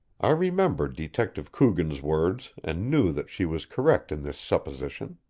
i remembered detective coogan's words, and knew that she was correct in this supposition.